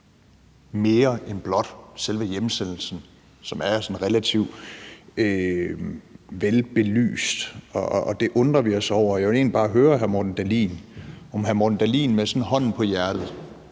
mere end blot selve hjemsendelsen, som er sådan relativt velbelyst. Det undrer vi os over, og jeg vil egentlig bare høre hr. Morten Dahlin, om hr. Morten Dahlin sådan med hånden på hjertet,